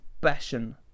passion